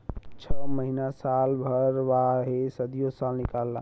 छ महीना साल भर वाहे सदीयो साल निकाल ला